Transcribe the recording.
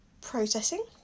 processing